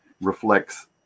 reflects